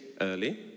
early